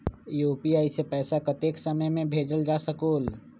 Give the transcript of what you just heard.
UPI से पैसा कतेक समय मे भेजल जा स्कूल?